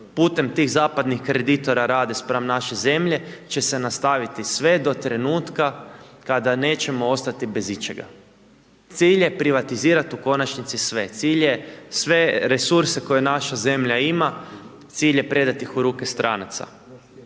putem tih zapadnih kreditora rade spram naše zemlje će se nastaviti sve do trenutka kada nećemo ostati bez ičega. Cilj je privatizirati u konačnici sve. Cilj je sve resurse koje naša zemlja ima, cilj je predati ih u ruke stranaca.